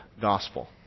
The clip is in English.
gospel